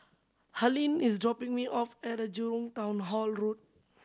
Harlene is dropping me off at the Jurong Town Hall Road